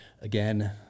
again